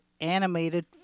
animated